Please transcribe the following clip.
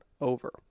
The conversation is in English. over